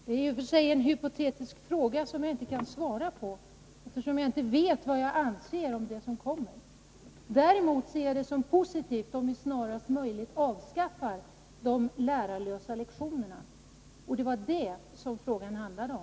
Fru talman! Det är i och för sig en hypotetisk fråga, som jag inte kan svara på, eftersom jag inte vet vad jag anser om det som kommer. Däremot ser jag det som positivt om vi snarast möjligt avskaffar de lärarlösa lektionerna. Det var det frågan handlade om.